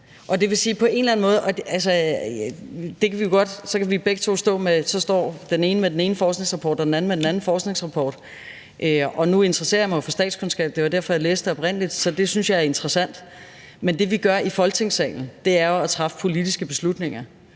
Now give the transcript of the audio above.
jeg jo fortsætte, og så står den ene med den ene forskningsrapport, og den anden med den anden forskningsrapport. Nu interesserer jeg mig for statskundskab, og det var derfor, jeg læste det oprindelig, og det synes jeg er interessant. Men det, vi gør i Folketingssalen, er jo at træffe politiske beslutninger